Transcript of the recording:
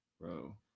Bro